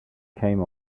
came